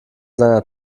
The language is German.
seiner